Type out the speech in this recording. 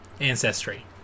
ancestry